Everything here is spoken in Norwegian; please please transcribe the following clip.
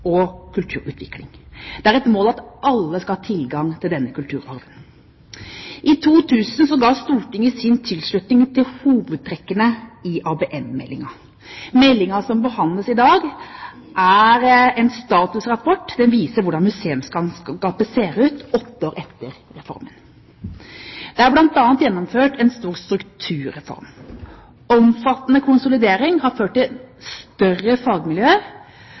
og kulturutvikling. Det er et mål at alle skal ha tilgang til denne kulturarven. I 2000 ga Stortinget sin tilslutning til hovedtrekkene i ABM-meldingen. Meldingen som behandles i dag, er en statusrapport. Den viser hvordan museumslandskapet ser ut åtte år etter reformen. Det er bl.a. gjennomført en stor strukturreform. Omfattende konsolidering har ført til større fagmiljøer